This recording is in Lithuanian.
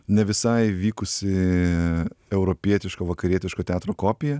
ne visai vykusi europietiška vakarietiško teatro kopija